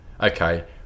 okay